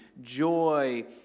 joy